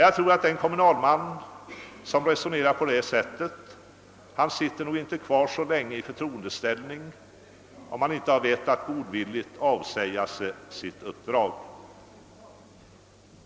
Jag tror att den kommunalman som resonerar på det sättet inte sitter kvar så länge i förtreendeställning, även om han inte har vett att godvilligt avsäga sig sitt uppdrag.